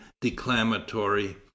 declamatory